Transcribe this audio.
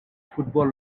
football